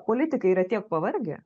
politikai yra tiek pavargę